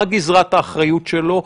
מה גזרת האחריות שלו,